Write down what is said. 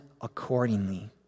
accordingly